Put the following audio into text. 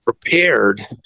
prepared